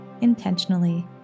intentionally